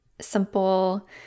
simple